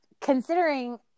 considering